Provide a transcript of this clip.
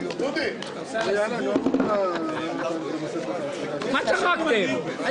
הישיבה ננעלה בשעה 12:47.